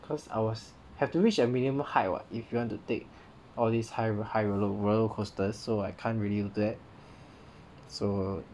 cause I was have to reach a minimum height what if you want to take all these high high roller roller coasters so I can't really do that so